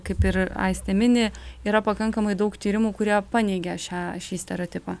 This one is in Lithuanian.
kaip ir aistė mini yra pakankamai daug tyrimų kurie paneigia šią šį stereotipą